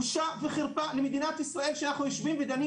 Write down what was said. בושה וחרפה למדינת ישראל שאנחנו יושבים ודנים